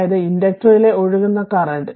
അതായത് ഇൻഡക്റ്ററിലെക്കു ഒഴുകുന്ന കറന്റ്